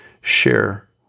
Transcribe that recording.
share